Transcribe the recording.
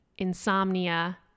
insomnia